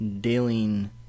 dealing